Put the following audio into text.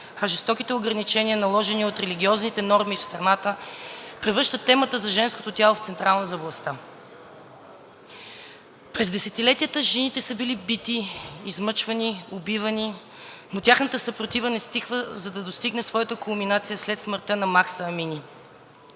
а жестоките ограничения, наложени от религиозните норми в страната, превръщат темата за женското тяло в централна за властта. През десетилетията жените са били бити, измъчвани, убивани, но тяхната съпротива не стихва, за да достигне своята кулминация след смъртта на Махса Амини.